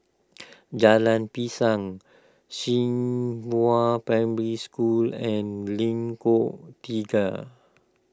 Jalan Pisang Zhenghua Primary School and Lengkong Tiga